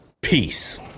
Peace